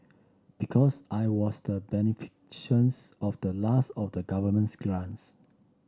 because I was the of the last of the governments grants